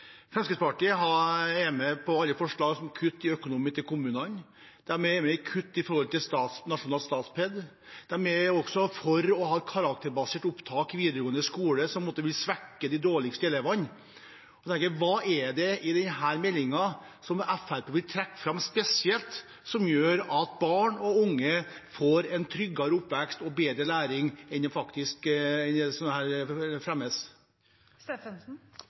har stått for i regjering tidligere. Fremskrittspartiet er med på alle forslag om kutt i økonomien til kommunene. De er med på kutt til nasjonalt Statped. De er også for karakterbasert opptak til videregående skole, noe som vil svekke de dårligste elevene. Hva er det i denne meldingen som Fremskrittspartiet vil trekke fram spesielt, som gjør at barn og unge får en tryggere oppvekst og bedre læring enn det